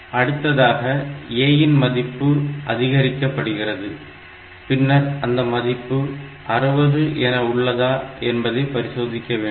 அடுத்ததாக A இன் மதிப்பு அதிகரிக்கப்படுகிறது பின்னர் அந்த மதிப்பு 60 என உள்ளதா என்பதை பரிசோதிக்க வேண்டும்